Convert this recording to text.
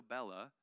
Bella